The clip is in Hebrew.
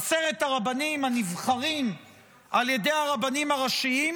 בעשרת הרבנים הנבחרים על ידי הרבנים הראשיים,